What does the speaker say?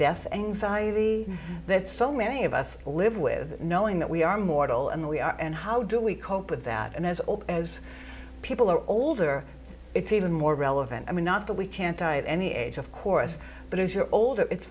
death anxiety that so many of us live with knowing that we are mortal and we are and how do we cope with that and as old as people are older it's even more relevant i mean not that we can't i have any age of course but as you're older it's